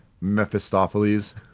Mephistopheles